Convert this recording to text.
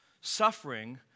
Suffering